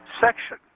section